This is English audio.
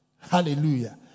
Hallelujah